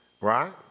right